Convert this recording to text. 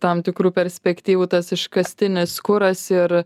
tam tikrų perspektyvų tas iškastinis kuras ir